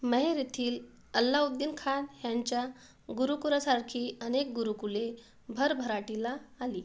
मैहर येथील अल्लाऊद्दीन खान ह्यांच्या गुरुकुलासारखी अनेक गुरुकुले भरभराटीला आली